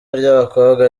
ry’abakobwa